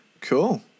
Cool